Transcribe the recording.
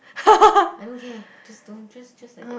I don't care just don't just just like that